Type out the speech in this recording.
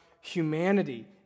humanity